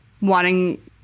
wanting